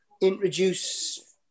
introduce